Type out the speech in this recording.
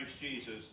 Jesus